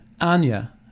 Anya